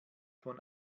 von